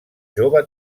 jove